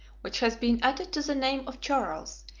which has been added to the name of charles,